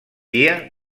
dia